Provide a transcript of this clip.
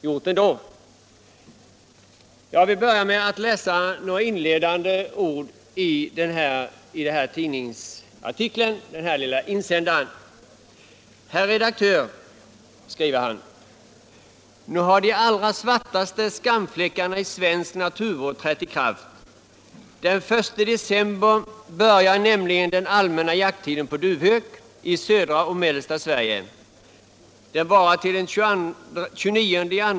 Jag vill börja med att läsa några inledande ord från denna insändare: Nu har de allra svartaste skamfläckarna i svensk naturvård trätt i kraft. Den 1 december börjar nämligen den allmänna jakttiden på duvhök i södra och mellersta Sverige. Den varar till den 29/2.